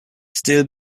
still